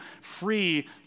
free